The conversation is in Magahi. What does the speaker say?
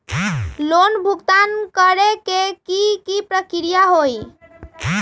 लोन भुगतान करे के की की प्रक्रिया होई?